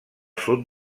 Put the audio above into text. sud